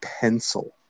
pencil